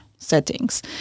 settings